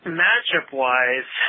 matchup-wise